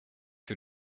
que